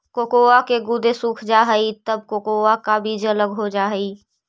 cocoa के गुदे सूख जा हई तब कोकोआ का बीज अलग हो जा हई